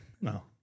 No